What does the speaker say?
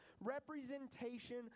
representation